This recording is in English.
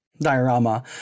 diorama